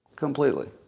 Completely